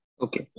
Okay